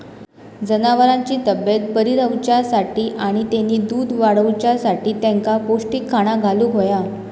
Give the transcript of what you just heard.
जनावरांची तब्येत बरी रवाच्यासाठी आणि तेनी दूध वाडवच्यासाठी तेंका पौष्टिक खाणा घालुक होया